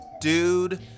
dude